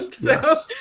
yes